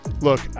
Look